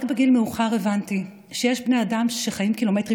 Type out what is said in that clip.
רק בגיל מאוחר הבנתי שיש בני אדם שחיים קילומטרים